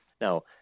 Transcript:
Now